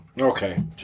Okay